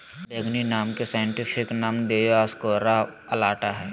बैंगनी आम के साइंटिफिक नाम दिओस्कोरेआ अलाटा हइ